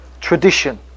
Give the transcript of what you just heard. tradition